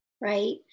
right